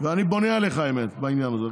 ואני בונה עליך, האמת, בעניין הזה.